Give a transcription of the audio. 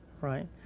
right